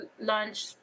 lunch